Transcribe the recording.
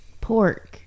pork